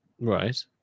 right